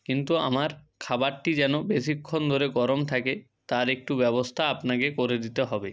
কিন্তু আমার খাবারটি যেন বেশিক্ষণ ধরে গরম থাকে তার একটু ব্যবস্থা আপনাকে করে দিতে হবে